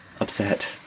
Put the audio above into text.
upset